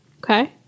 Okay